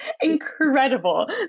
incredible